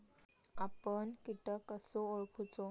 आपन कीटक कसो ओळखूचो?